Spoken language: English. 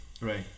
Right